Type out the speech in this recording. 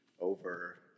over